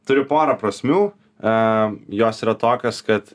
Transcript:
turi porą prasmių a jos yra tokios kad